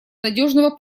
надежного